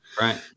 Right